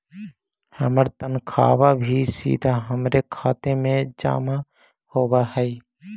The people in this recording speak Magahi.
हमार तनख्वा भी सीधा हमारे खाते में जमा होवअ हई